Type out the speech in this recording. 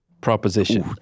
proposition